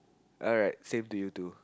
alright same to you too